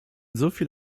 soviel